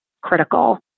critical